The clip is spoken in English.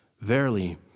Verily